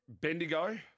Bendigo